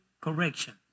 correction